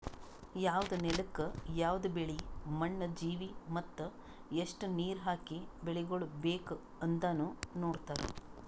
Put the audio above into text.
ಯವದ್ ನೆಲುಕ್ ಯವದ್ ಬೆಳಿ, ಮಣ್ಣ, ಜೀವಿ ಮತ್ತ ಎಸ್ಟು ನೀರ ಹಾಕಿ ಬೆಳಿಗೊಳ್ ಬೇಕ್ ಅಂದನು ನೋಡತಾರ್